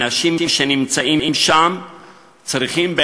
אנשים שנמצאים שם צריכים,